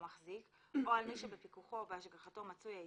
המחזיק או על מי שבפיקוחו או בהשגחתו מצוי העיסוק,